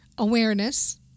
awareness